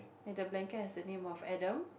and the blanket has the name of Adam